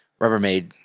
Rubbermaid